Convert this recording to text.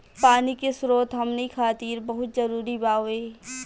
पानी के स्रोत हमनी खातीर बहुत जरूरी बावे